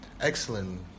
Excellent